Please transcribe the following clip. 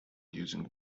using